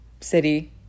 city